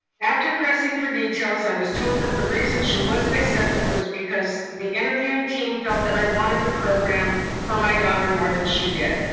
after pressing for details, i was told that the reason she wasn't accepted was because the interviewing team felt that i wanted the program for my daughter more than she did.